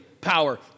power